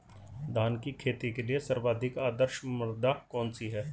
धान की खेती के लिए सर्वाधिक आदर्श मृदा कौन सी है?